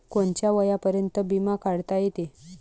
कोनच्या वयापर्यंत बिमा काढता येते?